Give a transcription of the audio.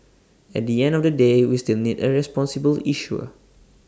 at the end of the day we still need A responsible issuer